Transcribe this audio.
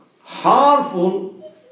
harmful